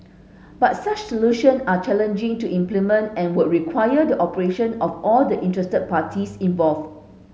but such solution are challenging to implement and would require the cooperation of all the interested parties involved